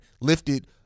lifted